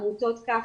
עמותות ככה.